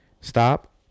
Stop